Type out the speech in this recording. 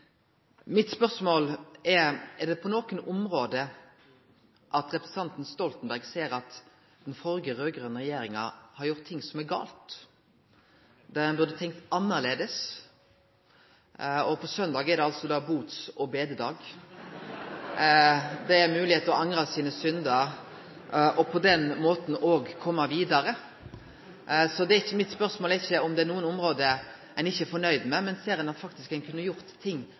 Mitt spørsmål er: Er det noko område der representanten Stoltenberg ser at den førre raud-grøne regjeringa har gjort ting som er gale, der ein burde tenkt annleis? På søndag er det bots- og bededag. Det er mogleg å angra sine synder og på den måten òg koma vidare! Så mitt spørsmål er ikkje om det er noko område ein ikkje er fornøgd med, men om ein faktisk ser at ein kunne gjort ting